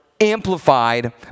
amplified